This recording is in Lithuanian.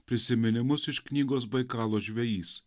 prisiminimus iš knygos baikalo žvejys